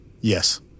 Yes